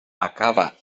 acaba